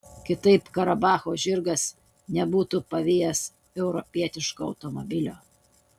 kitaip karabacho žirgas nebūtų pavijęs europietiško automobilio